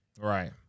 Right